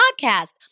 podcast